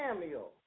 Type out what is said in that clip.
Samuel